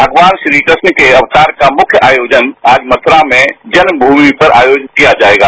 भगवान श्रीकृष्ण के अवतार का मुख्य आयोजन आज मथुरा में जन्ममूमि पर आयोजित किया जाएगा